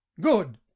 Good